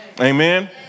Amen